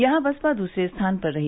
यहां बसपा दूसरे स्थान पर रही